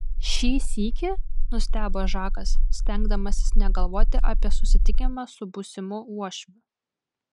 šį sykį nustebo žakas stengdamasis negalvoti apie susitikimą su būsimu uošviu